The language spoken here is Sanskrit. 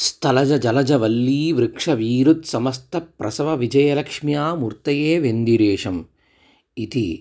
स्थलज जलजवल्ली वृक्षवीरुत्समस्त प्रसवविजयलक्ष्म्यामूर्तये वेन्दिरेशम् इति